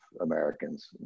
Americans